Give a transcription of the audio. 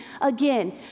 again